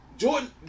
Jordan